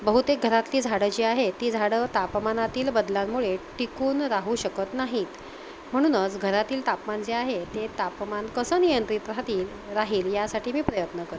बहुतेक घरातली झाडं जी आहे ती झाडं तापमानातील बदलांमुळे टिकून राहू शकत नाहीत म्हणूनच घरातील तापमान जे आहे ते तापमान कसं नियंत्रित राहतील राहील यासाठी मी प्रयत्न करतो